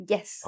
Yes